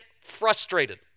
frustrated